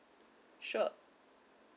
sure